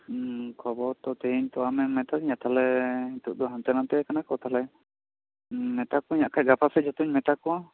ᱠᱷᱚᱵᱚᱨ ᱛᱚ ᱛᱤᱦᱤᱧ ᱟᱢᱮᱢ ᱢᱮᱛᱟᱫᱤᱧᱟᱹ ᱛᱟᱦᱚᱞᱮ ᱱᱤᱛᱚᱜ ᱫᱚ ᱦᱟᱱᱛᱮ ᱱᱟᱛᱮ ᱟᱠᱟᱱᱟᱠᱚ ᱛᱟᱦᱚᱞᱮ ᱢᱮᱛᱟ ᱠᱚᱣᱟᱧ ᱟᱨ ᱵᱟᱠᱷᱟᱡ ᱜᱟᱯᱟ ᱥᱮᱡ ᱡᱚᱛᱚᱧ ᱢᱮᱛᱟ ᱠᱚᱣᱟ